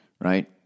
right